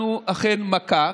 מכה,